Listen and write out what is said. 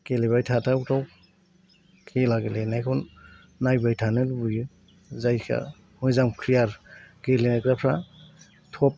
गेलेबाय थाथावथाव खेला गेलेनायखौ नायबाय थानो लुबैयो जायफ्रा मोजां फ्लेयार गेलेग्राफ्रा टप